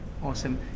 Awesome